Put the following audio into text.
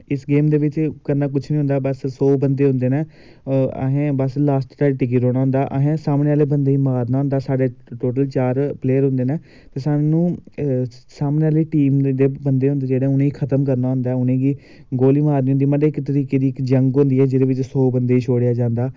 इस गेम दे बिच्च करना कुछ नी होंदा ऐ बस सौ बंदे होंदे नै असें बस लास्ट तक टिके रौह्ना होंदा ऐ असें सामने आह्ले बंदे गी मारना होंदा ऐ साढ़े टोटल चार प्लेयर होंदे न ते सामने आह्ली टीम दे बंदे होंदे जेह्ड़े उनेंगी खत्म करना होंदा ऐ उनेंगी गोली मारनी होंदी मतलव इक तरीके दी इक जंग होंदी ऐ जेह्दे बिच्च सौ बंदें ई छोड़ेआ जंदा